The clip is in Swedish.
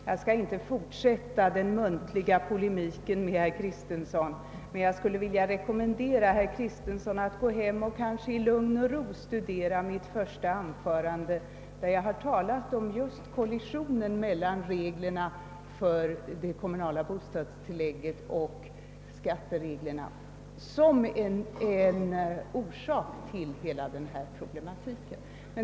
Jag skall inte fortsätta den muntliga polemiken mot honom men skulle vilja rekommendera honom att i lugn och ro hemma studera mitt första anförande, i vilket jag talade om just kollisionen mellan reglerna för det kommunala bostadstillägget och skattereglerna såsom en orsak till hela den här problematiken.